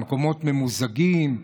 מקומות ממוזגים,